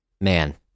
man